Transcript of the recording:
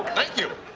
thank you.